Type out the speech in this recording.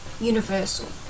universal